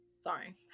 Sorry